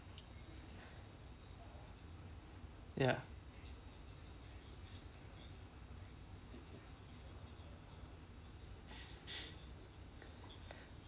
ya